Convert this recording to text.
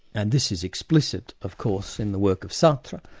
and this is explicit of course in the work of sartre,